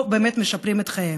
לא באמת משפרים את חייהם.